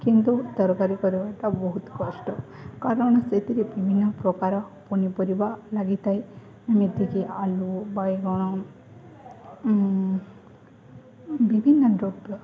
କିନ୍ତୁ ତରକାରୀ କରିବାଟା ବହୁତ କଷ୍ଟ କାରଣ ସେଥିରେ ବିଭିନ୍ନ ପ୍ରକାର ପନିପରିବା ଲାଗିଥାଏ ଯେମିତିକି ଆଳୁ ବାଇଗଣ ବିଭିନ୍ନ ଦ୍ରବ୍ୟ